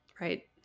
Right